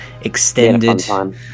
extended